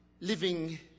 living